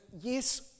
Yes